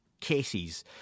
cases